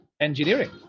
engineering